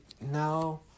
now